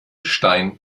stein